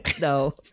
No